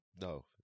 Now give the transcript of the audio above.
No